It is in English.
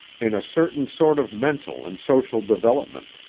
in a certain sort of mental and social development.